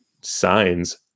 signs